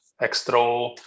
extra